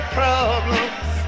problems